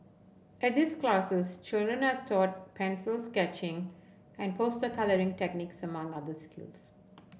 at these classes children are taught pencils sketching and poster colouring techniques among other skills